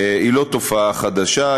היא לא תופעה חדשה,